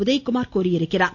உதயகுமார் தெரிவித்திருக்கிறார்